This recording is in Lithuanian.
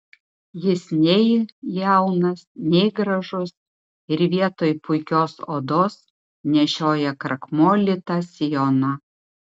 jis nei jaunas nei gražus ir vietoj puikios odos nešioja krakmolytą sijoną